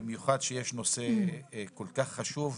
במיוחד כשיש נושא כל כך חשוב.